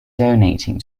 donating